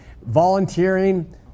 volunteering